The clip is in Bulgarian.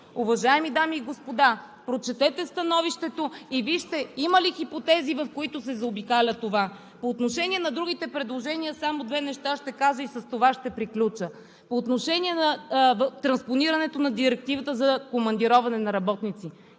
Уважаеми дами и господа, прочетете становището и вижте има ли хипотези, в които се заобикаля това. По отношение на другите предложения ще кажа само две неща и с това ще приключа. По отношение на транспонирането на Директивата за командироване на работници.